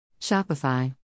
Shopify